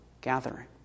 gathering